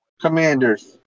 Commanders